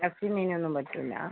ഇറച്ചിയും മീനും ഒന്നും പറ്റില്ല